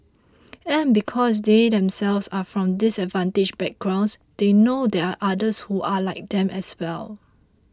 and because they themselves are from disadvantaged backgrounds they know there are others who are like them as well